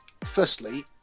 firstly